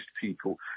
people